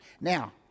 Now